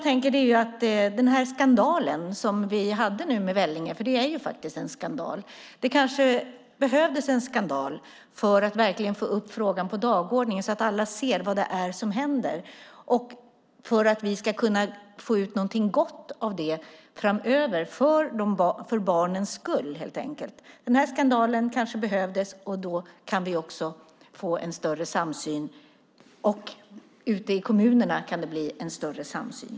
Den skandal som vi hade med Vellinge - det är faktiskt en skandal - kanske behövdes för att verkligen få upp frågan på dagordningen så att alla ser vad som händer och för att vi ska kunna få ut något gott av det framöver för barnens skull. Den skandalen kanske behövdes. Vi kan få en större samsyn, och ute i kommunerna kan det bli en större samsyn.